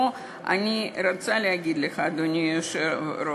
פה אני רוצה להגיד לך, אדוני היושב-ראש,